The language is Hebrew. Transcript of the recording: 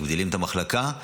מגדילים את המחלקה,